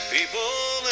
People